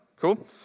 Cool